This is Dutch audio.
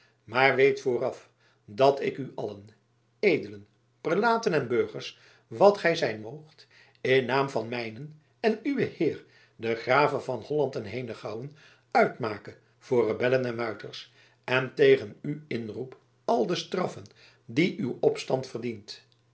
maar weet vooraf dat ik u allen edelen prelaten en burgers wat gij zijn moogt in naam van mijnen en uwen heer den grave van holland en henegouwen uitmake voor rebellen en muiters en tegen u inroep al de straffen die uw opstand verdient